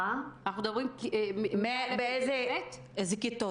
איזה כיתות?